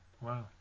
wow